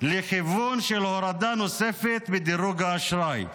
לכיוון של הורדה נוספת בדירוג האשראי,